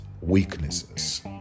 weaknesses